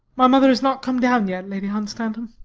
my mother has not come down yet, lady hunstanton.